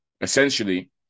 Essentially